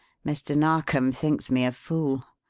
mr. narkom thinks me a fool.